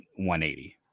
180